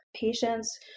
patients